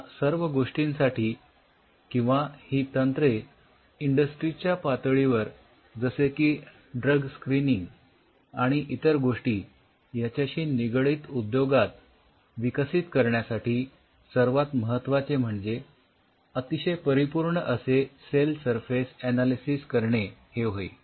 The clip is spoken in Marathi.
या सर्व गोष्टींसाठी किंवा ही तंत्रे इंडस्ट्री च्या पातळीवर जसे की ड्रग स्क्रिनिंग आणि इतर गोष्टी याच्याशी निगडित उद्योगात विकसित करण्यासाठी सर्वात महत्वाचे म्हणजे अतिशय परिपूर्ण असे सेल सरफेस अनालिसिस करणे हे होय